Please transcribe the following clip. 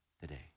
today